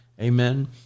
Amen